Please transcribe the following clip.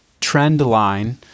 trendline